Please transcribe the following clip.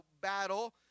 battle